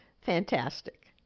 Fantastic